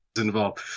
involved